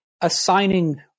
assigning